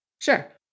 Sure